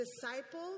Disciple